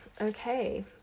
okay